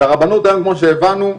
לרבנות היום, כמו שהבנו,